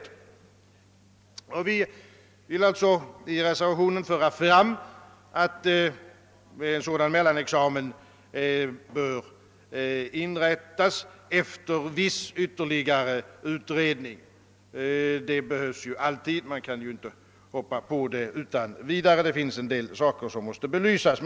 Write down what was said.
I reservationen vill vi alltså plädera för inrättandet av en sådan mellanexamen efter viss ytterligare utredning; en sådan behövs alltid, det finns ju en del saker som måste belysas.